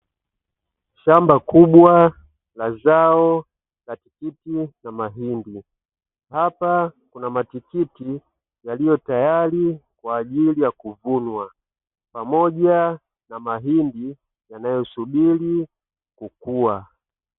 Shamba kubwa la zao la tikiti na mahindi, hapa kuna matikiti yaliyotayari kwa ajili ya kuvunwa pamoja na mahindi yanayosubiri kukua.